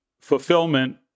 fulfillment